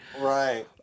Right